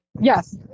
Yes